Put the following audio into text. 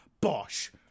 Bosh